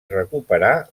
recuperar